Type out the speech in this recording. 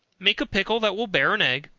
make a pickle that will bear an egg,